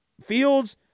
Fields